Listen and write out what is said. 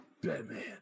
Batman